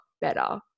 better